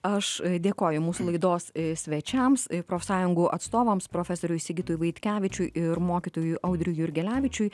aš dėkoju mūsų laidos svečiams profsąjungų atstovams profesoriui sigitui vaitkevičiui ir mokytojui audriui jurgelevičiui